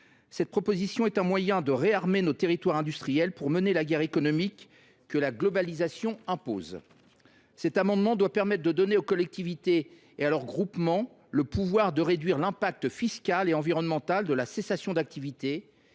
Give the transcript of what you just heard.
Cette proposition vise ainsi à réarmer nos territoires industriels pour mener la guerre économique que la mondialisation impose. Nous souhaitons donner aux collectivités et à leurs groupements le pouvoir de réduire l’impact fiscal et environnemental de la cessation d’activité